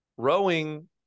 Rowing